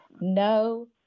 no